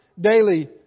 daily